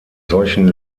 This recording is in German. solchen